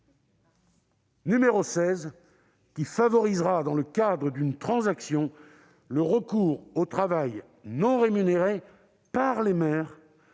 pour objet de favoriser, dans le cadre d'une transaction, le recours au travail non rémunéré par les maires